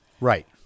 Right